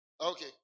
Okay